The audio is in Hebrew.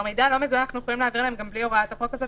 מידע לא מזוהה אנחנו יכולים להעביר להם גם בלי הוראה כזו,